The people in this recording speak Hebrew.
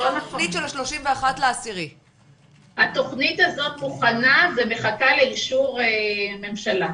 התכנית של ה- 31.10. התכנית הזו מוכנה והיא מחכה לאישור ממשלה.